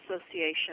Association